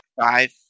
Five